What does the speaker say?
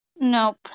Nope